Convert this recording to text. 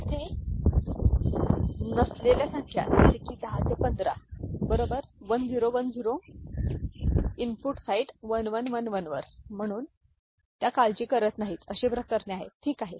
आणि तेथे नसलेल्या संख्या जसे की 10 ते 15 बरोबर 1010 इनपुट साइट 1111 वर म्हणून त्या काळजी घेत नाहीत अशी प्रकरणे आहेत ठीक आहे